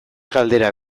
galdera